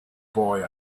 boy